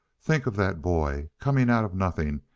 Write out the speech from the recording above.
think of that boy, coming out of nothing,